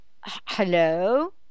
Hello